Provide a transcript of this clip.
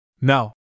No